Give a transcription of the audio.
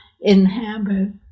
inhabit